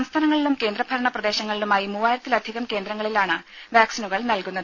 സംസ്ഥാനങ്ങളിലും കേന്ദ്രഭരണ പ്രദേശങ്ങളിലുമായി മൂവായിരത്തിലധികം കേന്ദ്രങ്ങളിലാണ് വാക്സിനുകൾ നൽകുന്നത്